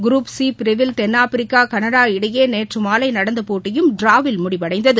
குருப் C பிரிவில் தென்ஆப்பிரிக்கா Canada இடையே நேற்று மாலை நடந்த போட்டியும் டிராவில் முடிந்தது